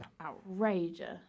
outrageous